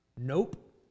Nope